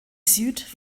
süd